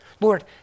Lord